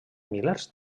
milers